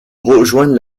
rejoindre